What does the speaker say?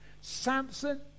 samson